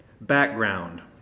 Background